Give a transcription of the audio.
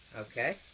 Okay